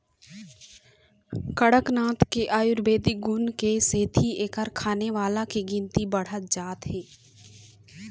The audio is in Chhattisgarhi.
कड़कनाथ के आयुरबेदिक गुन के सेती एखर खाने वाला के गिनती बाढ़त जात हे